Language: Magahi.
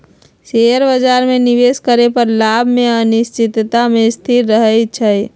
शेयर बाजार में निवेश करे पर लाभ में अनिश्चितता के स्थिति रहइ छइ